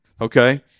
Okay